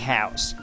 House